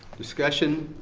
discussion?